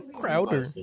Crowder